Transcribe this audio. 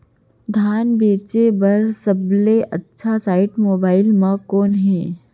धान बेचे बर सबले अच्छा साइट मोबाइल म कोन हे?